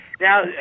Now